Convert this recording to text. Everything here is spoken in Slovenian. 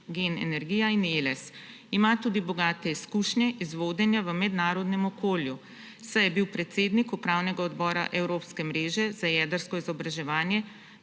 Gen energija in Eles. Ima tudi bogate izkušnje iz vodenja v mednarodnem okolju, saj je bil predsednik upravnega odbora Evropske mreže za jedrsko izobraževanje,